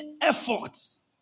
efforts